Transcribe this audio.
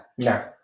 No